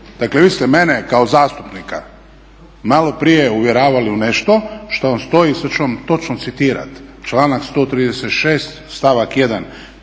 dakle vi ste mene kao zastupnika malo prije uvjeravali u nešto što vam stoji sada ću vam točno citirati članak 136.stavak 1.